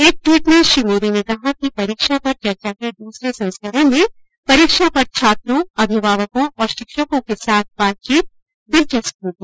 एक ट्वीट में श्री मोदी ने कहा कि परीक्षा पर चर्चा के दूसरे संस्करण में परीक्षा पर छात्रों अभिभावकों और शिक्षकों के साथ बातचीत दिलचस्प होगी